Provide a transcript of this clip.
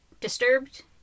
Disturbed